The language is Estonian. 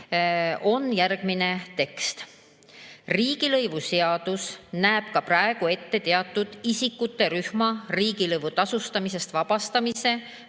on järgmine tekst: "Riigilõivuseadus näeb ka praegu ette teatud isikuterühma riigilõivu tasumisest vabastamise